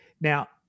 Now